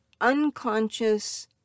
unconscious